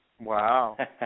Wow